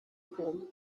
courbes